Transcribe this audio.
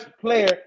player